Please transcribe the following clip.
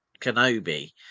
kenobi